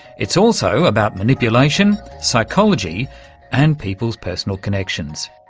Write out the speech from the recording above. it's also about manipulation, psychology and people's personal connections.